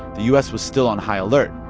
the u s. was still on high alert.